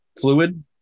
fluid